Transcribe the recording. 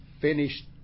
finished